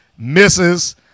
misses